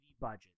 budget